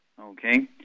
okay